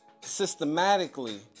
systematically